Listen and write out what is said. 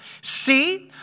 See